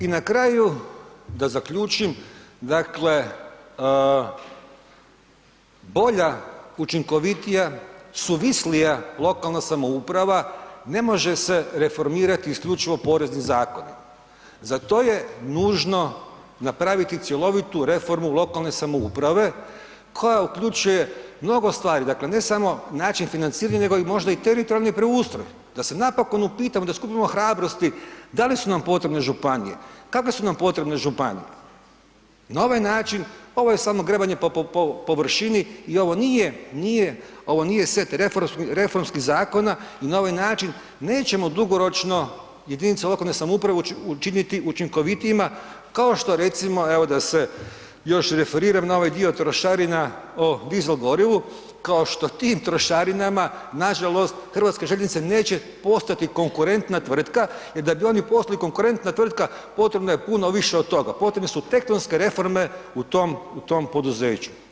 I na kraju da zaključim, dakle bolja, učinkovitija, suvislija lokalna samouprava ne može se reformirati isključivo poreznim zakonima, za to je nužno napraviti cjelovitu reformu lokalne samouprave koja uključuje mnogo stvari, dakle ne samo način financiranja nego i možda teritorijalni preustroj, da se napokon upitam, da skupimo hrabrosti, da li su nam potrebne županije, kakve su nam potrebne županije, na ovaj način ovo je samo grebanje po, po, površini i ovo nije, nije, ovo nije set reformskih zakona i na ovaj način nećemo dugoročno jedinice lokalne samouprave učiniti učinkovitijima kao što recimo evo da se još referiram na ovaj dio trošarina o dizel gorivu, kao što tim trošarinama nažalost Hrvatske željeznice neće postati konkurentna tvrtka jer da bi oni postali konkurentna tvrtka, potrebno je puno više od toga, potrebne su tektonske reforme u tom, u tom poduzeću.